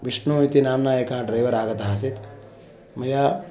विष्णु इति नाम्ना एकः ड्रैवर् आगतः आसीत् मया